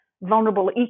vulnerable